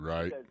Right